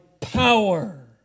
power